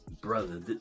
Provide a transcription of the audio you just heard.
brother